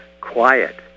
quiet